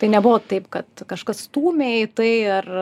tai nebuvo taip kad kažkas stūmė į tai ar